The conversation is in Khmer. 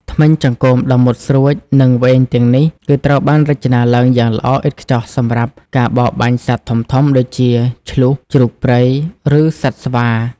ធ្មេញចង្កូមដ៏មុតស្រួច និងវែងទាំងនេះគឺត្រូវបានរចនាឡើងយ៉ាងល្អឥតខ្ចោះសម្រាប់ ការបរបាញ់សត្វធំៗ ដូចជា ឈ្លូស ជ្រូកព្រៃ ឬសត្វស្វា។